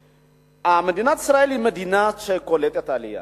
מדינת ישראל היא מדינה שקולטת עלייה,